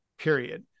period